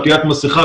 עטיית מסכה,